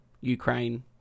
Ukraine